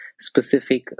specific